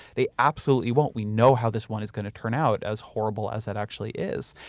they absolutely won't. we know how this one is going to turn out as horrible as it actually is.